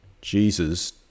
Jesus